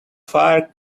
fire